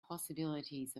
possibilities